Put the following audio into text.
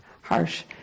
harsh